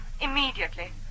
immediately